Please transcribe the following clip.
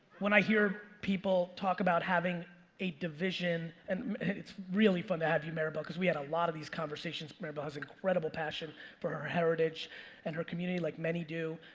when i hear people talk about having a division. and it's really fun to have you, maribel, cause we had a lot of these conversations. maribel has incredible passion for her heritage and her community like many do.